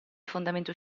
fondamento